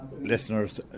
Listeners